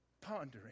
pondering